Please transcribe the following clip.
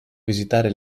visitare